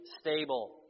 stable